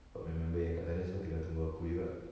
sebab member member yang kat sana semua tengah tunggu aku juga